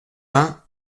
vingt